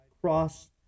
cross